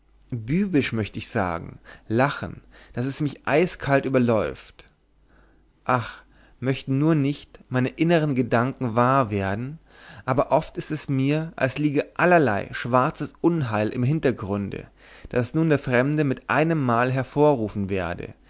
bübisch möcht ich sagen lachen daß es mich eiskalt überläuft ach möchten nur nicht meine innern gedanken wahr werden aber oft ist es mir als liege allerlei schwarzes unheil im hintergrunde das nun der fremde mit einemmal hervorrufen werde